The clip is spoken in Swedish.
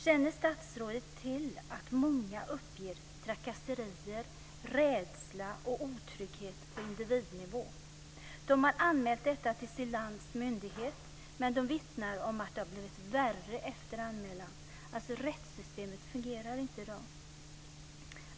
Känner statsrådet till att många uppger trakasserier, rädsla och otrygghet på individnivå? De har anmält detta till sitt lands myndighet men vittnar om att det har blivit värre efter anmälan. Rättssystemet fungerar alltså inte i dag.